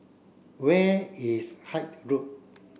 where is Hythe Road